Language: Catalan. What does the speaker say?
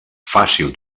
fàcil